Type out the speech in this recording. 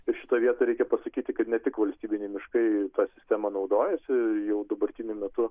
ir šitoj vietoj reikia pasakyti kad ne tik valstybiniai miškai ta sistema naudojasi jau dabartiniu metu